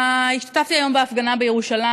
השתתפתי היום בהפגנה בירושלים.